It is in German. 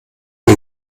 sie